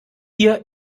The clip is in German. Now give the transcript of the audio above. hier